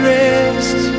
rest